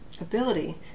ability